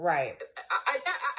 Right